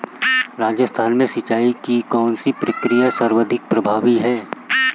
राजस्थान में सिंचाई की कौनसी प्रक्रिया सर्वाधिक प्रभावी है?